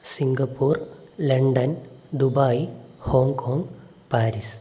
Singapore London Dubai Hong Kong Paris